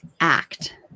act